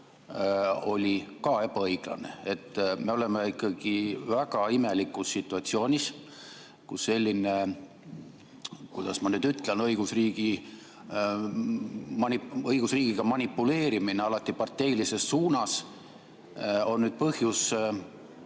oli ka ebaõiglane. Me oleme ikkagi väga imelikus situatsioonis, kus selline, kuidas ma nüüd ütlen, õigusriigiga manipuleerimine alati parteilises suunas, on nüüd põhjus